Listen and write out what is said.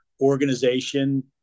organization